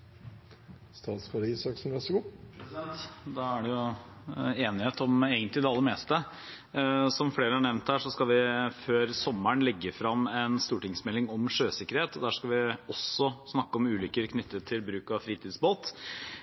Da er det egentlig enighet om det aller meste. Som flere har nevnt her, skal vi før sommeren legge frem en stortingsmelding om sjøsikkerhet, og der skal vi også snakke om ulykker knyttet til bruk av fritidsbåt.